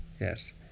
yes